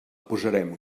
posarem